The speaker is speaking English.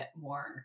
more